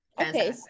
Okay